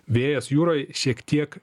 vėjas jūroj šiek tiek